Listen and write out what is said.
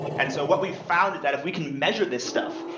and so what we found is that if we can measure this stuff,